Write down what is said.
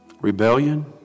rebellion